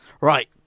Right